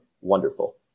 wonderful